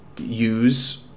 use